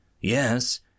Yes